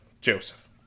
Joseph